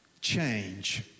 change